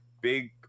big